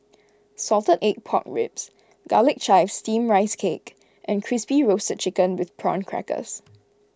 Salted Egg Pork Ribs Garlic Chives Steamed Rice Cake and Crispy Roasted Chicken with Prawn Crackers